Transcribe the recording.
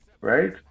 Right